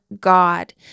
God